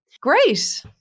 Great